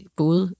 både